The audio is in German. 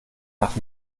nach